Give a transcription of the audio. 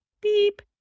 beep